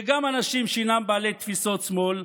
וגם אנשים שהם בעלי תפיסות שמאל,